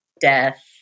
death